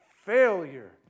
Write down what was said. failure